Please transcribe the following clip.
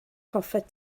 hoffet